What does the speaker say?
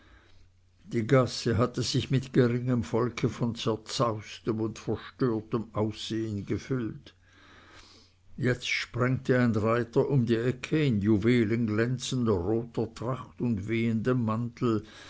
die gasse hatte sich mit geringem volke von zerzaustem und verstörtem aussehen gefüllt jetzt sprengte ein reiter um die ecke in juwelenglänzender roter tracht und wehendem mantel